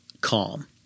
calm